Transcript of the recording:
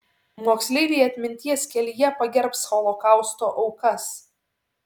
moksleiviai atminties kelyje pagerbs holokausto aukas